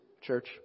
church